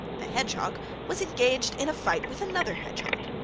the hedgehog was engaged in a fight with another hedgehog,